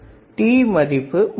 T மதிப்பு 300k